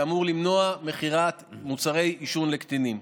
שאמור למנוע מכירת מוצרי עישון לקטינים.